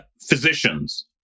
physicians